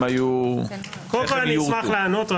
הם היו --- קודם כל אשמח לענות,